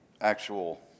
actual